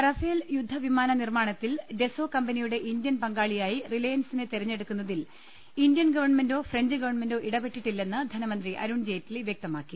Rafale യുദ്ധ വിമാന നിർമാണത്തിൽ ഡെസോ കമ്പനിയുടെ ഇന്ത്യൻ പങ്കാ ളിയായി റിലയൻസിനെ തെരഞ്ഞെടുക്കുന്നതിൽ ഇന്ത്യൻ ഗവൺമെന്റോ ഫ്ര ഞ്ച് ഗവൺമെന്റോ ഇടപെട്ടിട്ടില്ലെന്ന് ധനമന്ത്രി അരുൺജയ്റ്റ്ലി വൃക്തമാക്കി